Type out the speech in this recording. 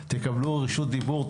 תקבלו רשות דיבור,